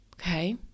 Okay